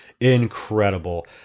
Incredible